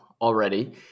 already